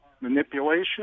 manipulation